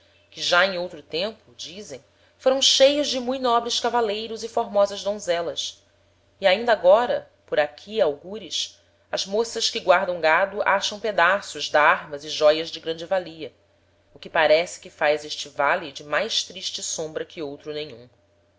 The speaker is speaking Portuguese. que já em outro tempo dizem foram cheios de mui nobres cavaleiros e formosas donzelas e ainda agora por aqui algures as moças que guardam gado acham pedaços d'armas e joias de grande valia o que parece que faz este vale de mais triste sombra que outro nenhum